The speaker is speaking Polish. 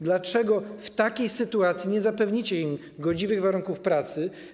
Dlaczego w takiej sytuacji nie zapewnicie im godziwych warunków pracy?